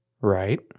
right